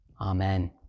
Amen